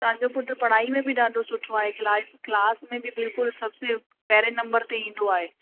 तव्हांजो पुटु पढ़ाई में बि ॾाढो सुठो आहे क्लाट क्लास में बि बिल्कुल सबसे पहिरें नम्बर ते ईंदो आहे